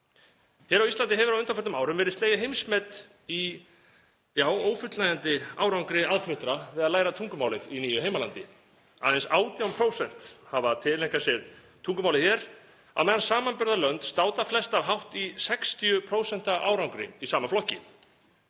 Hér á Íslandi hefur á undanförnum árum verið slegið heimsmet í ófullnægjandi árangri aðfluttra við að læra tungumálið í nýju heimalandi. Aðeins 18% hafa tileinkað sér tungumálið hér á meðan samanburðarlönd státa flest af hátt í 60% árangri í sama flokki.